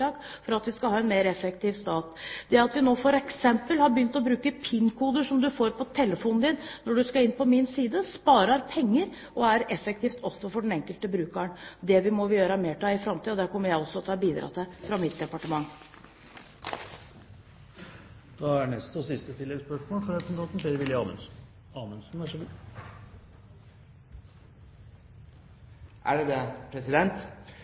en mer effektiv stat. Det at vi nå f.eks. har begynt å bruke PIN-koder som man kan få på telefonen når man skal inn på MinSide, sparer penger, og er også effektivt for den enkelte bruker. Det må vi gjøre mer av i framtiden. Det kommer jeg også til å bidra til fra mitt